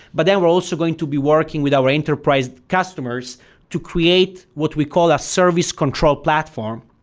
but then we're also going to be working with our enterprise customers to create what we call a service control platform,